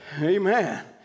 Amen